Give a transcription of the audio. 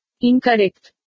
Incorrect